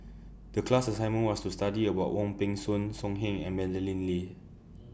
The class assignment was to study about Wong Peng Soon So Heng and Madeleine Lee